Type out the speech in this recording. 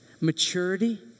Maturity